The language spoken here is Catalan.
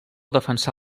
defensà